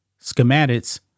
schematics